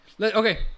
Okay